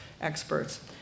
experts